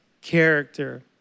character